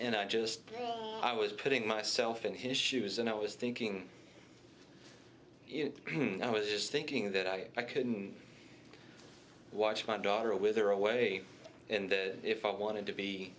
and i just i was putting myself in his shoes and i was thinking i was just thinking that i couldn't watch my daughter wither away and that if i wanted to be